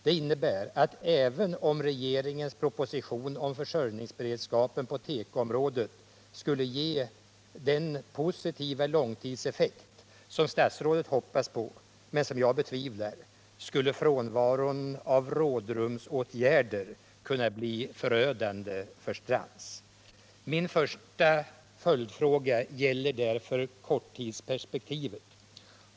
Det innebär att även om regeringens proposition om försörjningsberedskapen på tekoområdet skulle ge den positiva långtidseffekt som statsrådet hoppas på, men som jag betvivlar, skulle frånvaron av rådrumsåtgärder kunna bli förödande för Strands. Min första följdfråga gäller därför korttidsperspektivet.